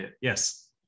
Yes